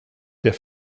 der